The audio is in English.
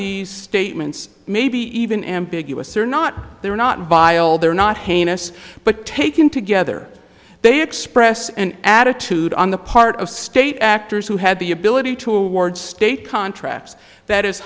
these statements maybe even ambiguous or not they're not by all they're not hannis but taken together they express and attitude on the part of state actors who had the ability to award state contracts that is